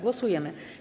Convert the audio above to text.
Głosujemy.